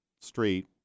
street